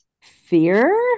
fear